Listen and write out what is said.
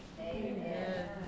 Amen